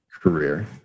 career